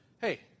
Hey